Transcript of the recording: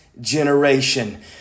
generation